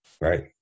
right